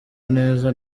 neza